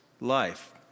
life